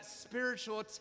spiritual